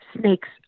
snakes